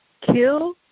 kill